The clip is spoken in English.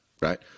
right